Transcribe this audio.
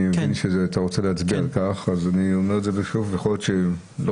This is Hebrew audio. אני מבין שאתה רוצה להצביע אז אני אומר את זה שוב אני לא